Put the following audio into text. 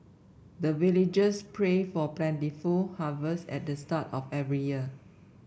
the villagers pray for plentiful harvest at the start of every year